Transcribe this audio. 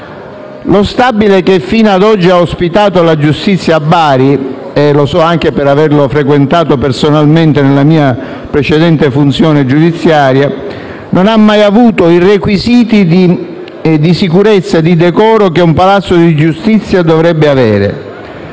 Lo stabile che fino a oggi ha ospitato la giustizia a Bari - lo so anche per averlo frequentato personalmente nella mia precedente funzione giudiziaria - non ha mai avuto i requisiti di sicurezza e decoro che un palazzo di giustizia dovrebbe avere: